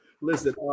listen